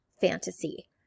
fantasy